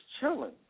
chilling